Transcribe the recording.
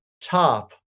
top